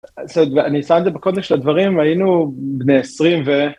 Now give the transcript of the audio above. אני שם את זה בקונטקסט של הדברים היינו בני עשרים ו...